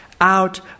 out